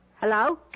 Hello